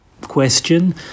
question